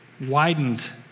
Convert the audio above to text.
widened